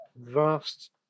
vast